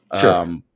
Sure